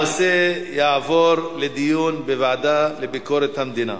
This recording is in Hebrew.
הנושא יעבור לוועדה לביקורת המדינה.